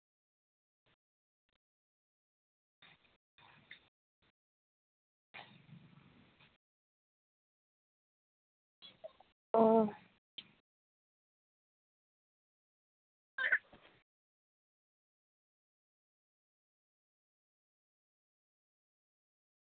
ᱚ